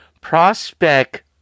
prospect